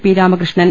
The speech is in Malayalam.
പി രാമകൃഷ്ണൻ